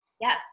Yes